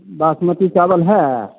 बासमती चाबल है